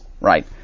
right